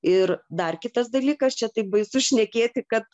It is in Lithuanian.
ir dar kitas dalykas čia taip baisu šnekėti kad